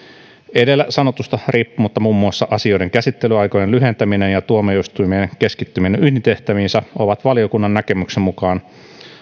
edellä sanotusta riippumatta muun muassa asioiden käsittelyaikojen lyhentäminen ja tuomioistuimien keskittyminen ydintehtäviinsä ovat valiokunnan näkemyksen mukaan